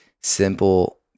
simple